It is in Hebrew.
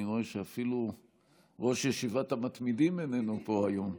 אני רואה שאפילו ראש ישיבת המתמידים איננו פה היום,